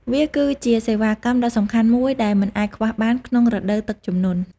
វាគឺជាសេវាកម្មដ៏សំខាន់មួយដែលមិនអាចខ្វះបានក្នុងរដូវទឹកជំនន់។